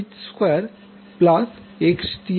RL Rth2 Xth2 হবে